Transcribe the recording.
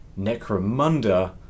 Necromunda